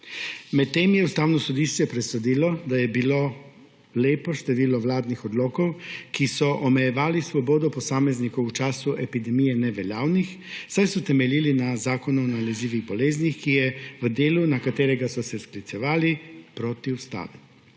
Medtem je Ustavno sodišče presodilo, da je bilo lepo število vladnih odlokov, ki so omejevali svobodo posameznikov v času epidemije, neveljavnih, saj so temeljili na Zakonu o nalezljivih boleznih, ki je v delu, na katerega so se sklicevali, protiustaven.